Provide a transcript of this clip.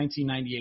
1998